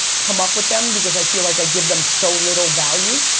come up with them, because i feel like i give them so little value.